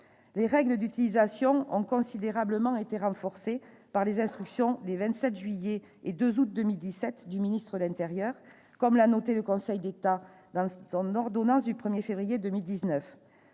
Les règles d'utilisation ont considérablement été renforcées par les instructions des 27 juillet et 2 août 2017 du ministre de l'intérieur, comme l'a noté le Conseil d'État dans son ordonnance du 1 février 2019.